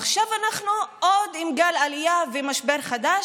עכשיו אנחנו עם עוד גל עלייה ומשבר חדש,